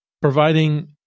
providing